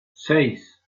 seis